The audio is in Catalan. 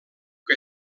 que